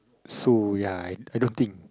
so ya I I don't think